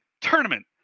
tournament